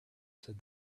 said